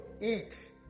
eat